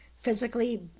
physically